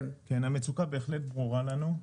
המצוקה בהחלט ברורה לנו.